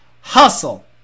hustle